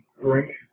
drink